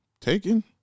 Taken